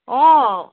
অঁ